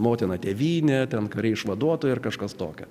motina tėvynė ten kariai išvaduotojai ir kažkas tokio